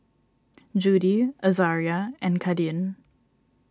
Judie Azaria and Kadin